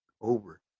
over